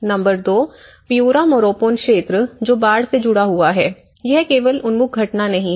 number 2 Piura Morropon क्षेत्र जो बाढ़ से जुड़ा हुआ है यह केवल एक उन्मुख घटना नहीं है